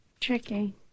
Tricky